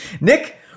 Nick